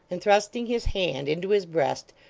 and thrusting his hand into his breast,